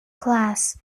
class